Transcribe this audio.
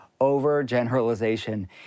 overgeneralization